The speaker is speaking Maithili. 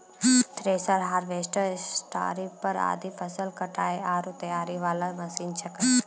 थ्रेसर, हार्वेस्टर, स्टारीपर आदि फसल कटाई आरो तैयारी वाला मशीन छेकै